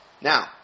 Now